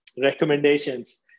recommendations